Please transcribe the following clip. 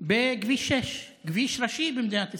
בכביש 6, כביש ראשי במדינת ישראל,